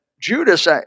Judas